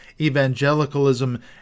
evangelicalism